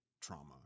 trauma